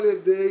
לא, על הדברים